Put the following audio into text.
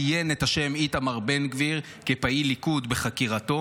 הוא ציין את השם איתמר בן גביר כפעיל ליכוד בחקירתו,